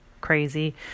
crazy